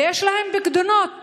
ויש להם פיקדונות